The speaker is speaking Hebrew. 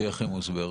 שאיך היא מוסברת?